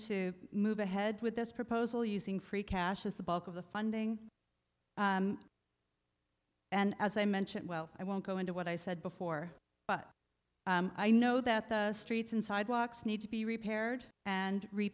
to move ahead with this proposal using free cash as the bulk of the funding and as i mentioned well i won't go into what i said before but i know that the streets and sidewalks need to be repaired and